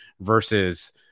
versus